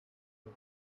own